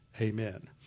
amen